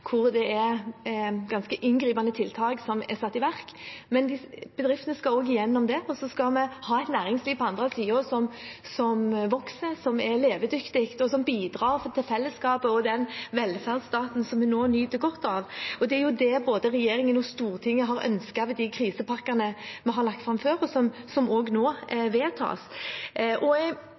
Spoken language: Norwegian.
hvor det er ganske inngripende tiltak som er satt i verk, men bedriftene skal gjennom den, og så skal vi ha et næringsliv på den andre siden som vokser, som er levedyktig, og som bidrar til fellesskapet og den velferdsstaten som vi nå nyter godt av. Det er det både regjeringen og Stortinget har ønsket ved de krisepakkene vi har lagt fram, og som nå også vedtas. Også bedrifter som er små og